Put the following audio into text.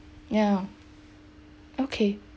yeah okay